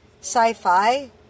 sci-fi